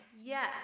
yes